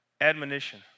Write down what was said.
admonition